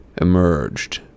emerged